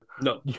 No